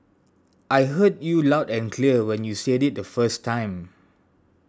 I heard you loud and clear when you said it the first time